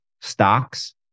stocks